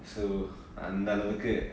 so அந்த அளவுக்கு:antha alavvuku